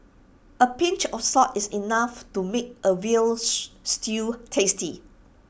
A pinch of salt is enough to make A Veal Stew tasty